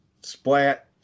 splat